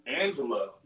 Angela